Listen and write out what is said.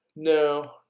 No